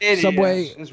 Subway